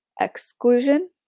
exclusion